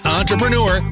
entrepreneur